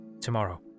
Tomorrow